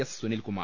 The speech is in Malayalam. എസ് സുനിൽകുമാർ